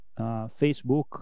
Facebook